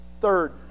Third